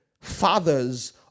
fathers